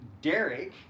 Derek